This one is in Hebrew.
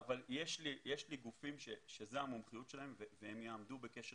יש גופים שזו המומחים שלהם והם יעמדו בקשר,